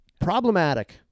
problematic